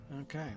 Okay